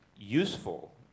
useful